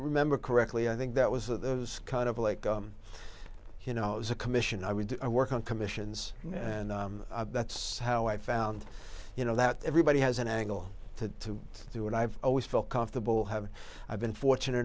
remember correctly i think that was those kind of like you know it was a commission i would work on commissions and that's how i found you know that everybody has an angle to do and i've always felt comfortable having i've been fortunate